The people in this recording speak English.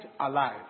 alive